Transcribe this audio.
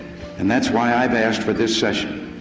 and that's why i've asked for this session.